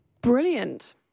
Brilliant